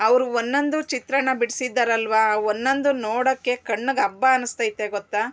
ಅವರು ಒನ್ನೊಂದು ಚಿತ್ರಾನ ಬಿಡಿಸಿದ್ದಾರಲ್ವಾ ಒನ್ನೊಂದು ನೋಡೋಕೆ ಕಣ್ಣಿಗ್ ಹಬ್ಬ ಅನಿಸ್ತೈತೆ ಗೊತ್ತ